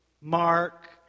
Mark